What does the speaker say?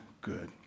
good